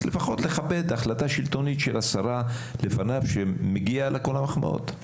אז לפחות לכבד את ההחלטה השלטונית של השרה לפניו שמגיעות לה כל המחמאות,